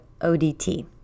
ODT